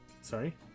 sorry